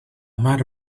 mar